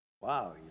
Wow